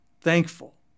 thankful